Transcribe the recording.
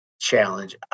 challenge